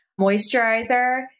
Moisturizer